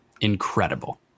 Incredible